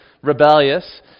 rebellious